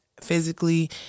physically